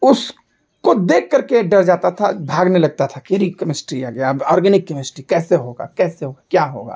उसको देख करके डर जाता था भागने लगता था कि अरे केमिस्ट्री अब ऑर्गनीक केमिस्ट्री कैसे होगा कैसे होगा क्या होगा